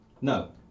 No